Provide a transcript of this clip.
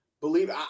Believe